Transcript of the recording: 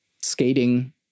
skating